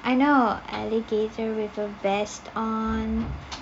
I know alligator with a vest on